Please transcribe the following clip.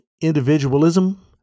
individualism